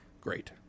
great